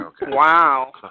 Wow